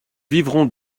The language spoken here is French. vivrons